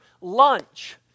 lunch